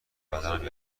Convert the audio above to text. بدنم